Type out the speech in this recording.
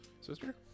Sister